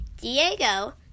Diego